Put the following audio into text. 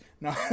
No